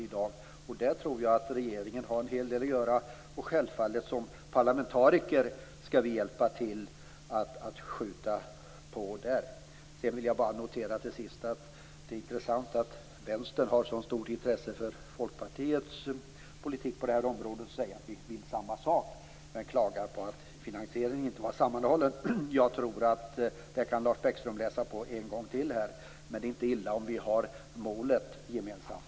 I fråga om detta tror jag att regeringen har en hel del att göra. Som parlamentariker skall vi självfallet hjälpa till att skjuta på. Till sist vill jag bara notera att det är intressant att Vänsterpartiet har ett så stort intresse för Folkpartiets politik på detta område och säger att man vill samma sak. Men man klagar på att finansieringen inte var sammanhållen. Jag tror att Lars Bäckström kan läsa på detta en gång till. Men det är inte illa om vi har målet gemensamt.